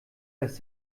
dass